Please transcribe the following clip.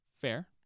Fair